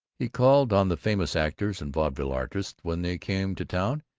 he called on the famous actors and vaudeville artists when they came to town,